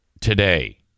today